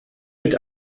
mit